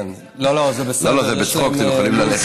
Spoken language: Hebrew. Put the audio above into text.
זה בצחוק, אתם יכולים ללכת.